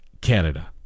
Canada